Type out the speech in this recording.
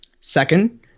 Second